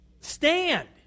stand